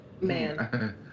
man